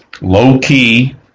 low-key